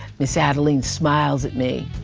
miz adeline smiles at me.